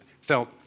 felt